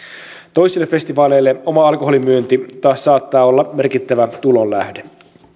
toisille festivaaleille oma alkoholin myynti taas saattaa olla merkittävä tulonlähde